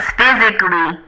physically